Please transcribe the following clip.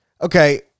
okay